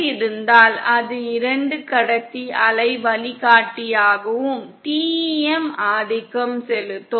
காற்று இருந்தால் அது இரண்டு கடத்தி அலை வழிகாட்டியாகவும் TEM ஆதிக்கம் செலுத்தும்